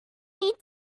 needed